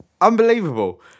Unbelievable